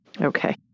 Okay